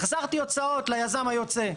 החזרתי הוצאות ליזם היוצא,